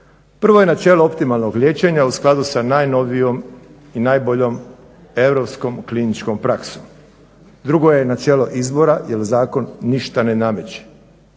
Prvo je načelo optimalnog liječenja u skladu sa najnovijom i najboljom europskom kliničkom praksom. Drugo je načelo izbora jer zakon ništa ne nameće,